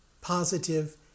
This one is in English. positive